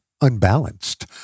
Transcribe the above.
unbalanced